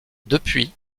depuis